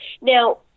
Now